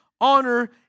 honor